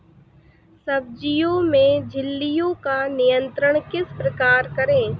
सब्जियों में इल्लियो का नियंत्रण किस प्रकार करें?